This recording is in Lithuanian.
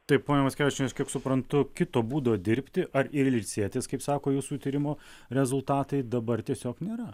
taip ponia mackevičiene aš kiek suprantu kito būdo dirbti ar ir ilsėtis kaip sako jūsų tyrimo rezultatai dabar tiesiog nėra